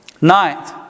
Ninth